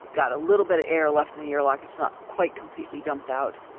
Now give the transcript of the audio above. got a little bit of air left in the airlock, it's not quite completely dumped out,